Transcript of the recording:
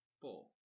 Four